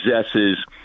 possesses